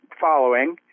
following